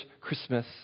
Christmas